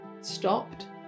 stopped